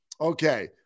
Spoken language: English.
Okay